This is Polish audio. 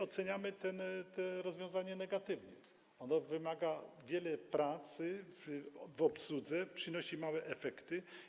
Oceniamy to rozwiązanie negatywnie, ono wymaga wiele pracy w obsłudze i przynosi małe efekty.